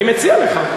אני מציע לך.